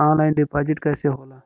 Online deposit कैसे होला?